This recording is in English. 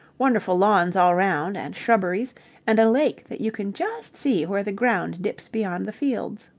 wonderful lawns all round, and shrubberies and a lake that you can just see where the ground dips beyond the fields.